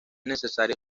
necesario